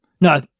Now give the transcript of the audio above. No